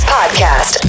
Podcast